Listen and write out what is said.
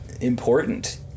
important